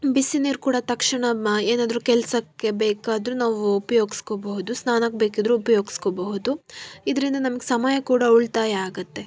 ಬಿಸಿನೀರು ಕೂಡ ತಕ್ಷಣ ಮ ಏನಾದ್ರೂ ಕೆಲಸಕ್ಕೆ ಬೇಕಾದ್ರೂ ನಾವು ಉಪಯೋಗಸ್ಕೊಬಹುದು ಸ್ನಾನಕ್ಕೆ ಬೇಕಿದ್ದರೂ ಉಪಯೋಗಸ್ಕೊಬಹುದು ಇದರಿಂದ ನಮ್ಗೆ ಸಮಯ ಕೂಡ ಉಳಿತಾಯ ಆಗುತ್ತೆ